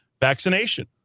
vaccination